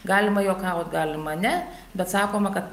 galima juokaut galima ne bet sakoma kad